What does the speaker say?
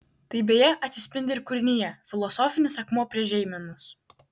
tai beje atsispindi ir kūrinyje filosofinis akmuo prie žeimenos